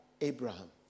Abraham